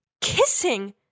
kissing